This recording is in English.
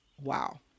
Wow